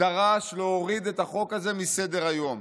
דרש להוריד את החוק הזה מסדר-היום.